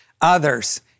others